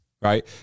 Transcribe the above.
right